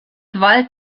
wald